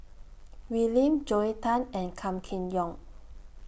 Wee Lin Joel Tan and Gan Kim Yong